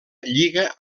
lliga